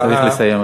צריך לסיים,